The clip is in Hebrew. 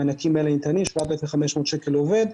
המענקים האלה ניתנים 7,500 שקל לעובד.